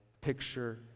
picture